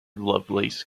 lovelace